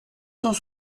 cent